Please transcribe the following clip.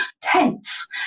tense